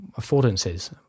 affordances